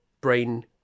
brain